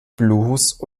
blues